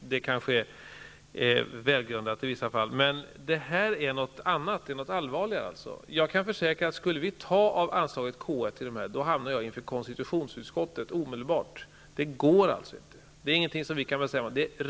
Det kanske är väl grundat i vissa fall. Men det här är något annat och allvarligare. Jag kan försäkra att om vi skulle ta av anslaget K1 i det här fallet, skulle jag omedelbart hamna inför konstitutionsutskottet. Det går alltså inte. Det är inget vi kan bestämma.